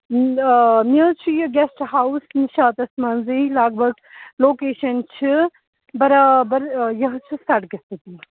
مےٚ حظ چھِ یہِ گیٚسٹ ہاوُس نِشاطَس منٛزٕے لگ بگ لوکیشَن چھِ برابر یہِ حظ چھِ سَڑکہِ سۭتۍ